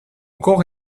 corps